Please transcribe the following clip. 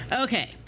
okay